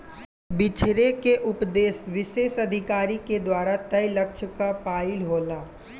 बिछरे के उपदेस विशेष अधिकारी के द्वारा तय लक्ष्य क पाइल होला